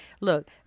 look